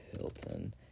Hilton